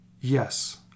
Yes